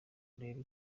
urebe